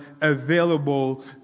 available